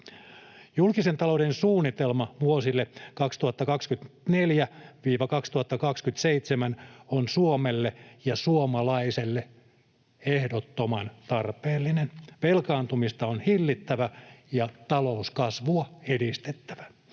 Julkisen talouden suunnitelma vuosille 2024—2027 on Suomelle ja suomalaiselle ehdottoman tarpeellinen. Velkaantumista on hillittävä ja talouskasvua edistettävä.